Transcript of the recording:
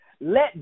let